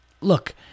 look